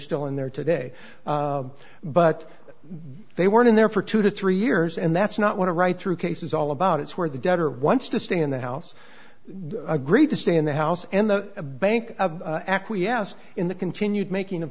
still in there today but they were in there for two to three years and that's not what a right through case is all about it's where the debtor wants to stay in the house agreed to stay in the house and the bank acquiesced in the continued making